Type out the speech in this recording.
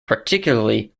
particularly